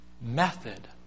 method